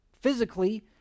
physically